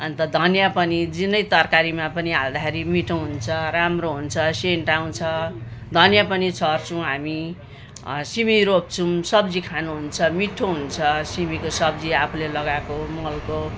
अन्त धनियाँ पनि जुनै तरकारीमा पनि हाल्दाखेरि मिठो हुन्छ राम्रो हुन्छ सेन्ट आउँछ धनियाँ पनि छर्छौँ हामी सिमी रोप्छौँ सब्जी खानु हुन्छ मिठो हुन्छ सिमीको सब्जी आफूले लगाएको मलको